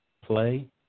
play